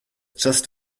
just